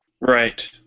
Right